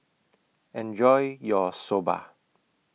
Enjoy your Soba